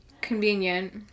Convenient